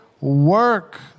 work